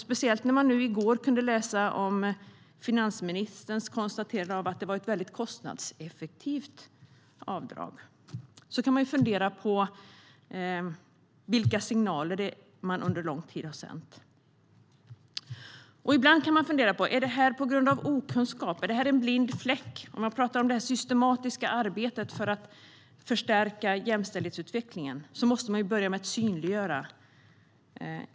Speciellt när man i går kunde läsa finansministerns konstaterande att det var ett väldigt kostnadseffektivt avdrag kan man fundera på vilka signaler man har sänt under lång tid. Beror det här på okunskap, kan man fundera över. Är det här en blind fläck? Om man pratar om det systematiska arbetet för att förstärka jämställdhetsutvecklingen måste man ju börja med att synliggöra.